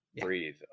breathe